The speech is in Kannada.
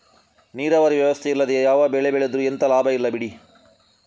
ನೀರಾವರಿ ವ್ಯವಸ್ಥೆ ಇಲ್ಲದೆ ಯಾವ ಬೆಳೆ ಬೆಳೆದ್ರೂ ಎಂತ ಲಾಭ ಇಲ್ಲ ಬಿಡಿ